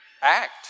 act